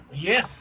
Yes